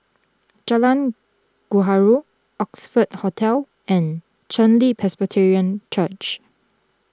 Jalan Gaharu Oxford Hotel and Chen Li Presbyterian Church